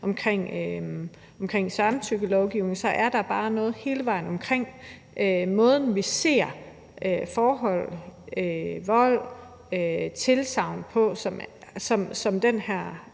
omkring samtykkelovgivning, så er der bare noget hele vejen rundt med måden, vi ser forhold, vold, tilsagn på, som den her